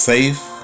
Safe